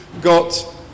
got